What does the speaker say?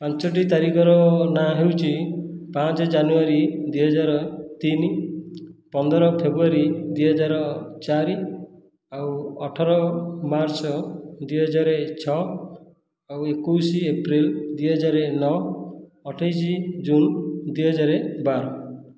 ପାଞ୍ଚଟି ତାରିଖର ନାଁ ହେଉଛି ପାଞ୍ଚ ଜାନୁଆରୀ ଦୁଇ ହଜାର ତିନି ପନ୍ଦର ଫେବ୍ରୁଆରୀ ଦୁଇ ହଜାର ଚାରି ଆଉ ଅଠର ମାର୍ଚ୍ଚ ଦୁଇ ହଜାର ଛଅ ଆଉ ଏକୋଇଶ ଏପ୍ରିଲ ଦୁଇ ହଜାର ନଅ ଅଠେଇଶ ଜୁନ ଦୁଇ ହଜାର ବାର